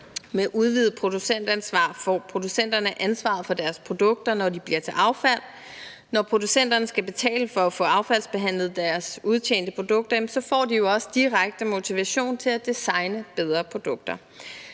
Med udvidet producentansvar får producenterne ansvar for deres produkter, når de bliver til affald. Når producenterne skal betale for at få affaldsbehandlet deres udtjente produkter, får de jo også direkte motivation til at designe bedre produkter.